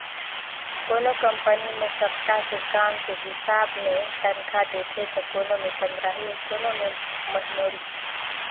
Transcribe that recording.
कोनो कंपनी मे सप्ता के काम के हिसाब मे तनखा देथे त कोनो मे पंदराही अउ कोनो मे महिनोरी